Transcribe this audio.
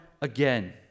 again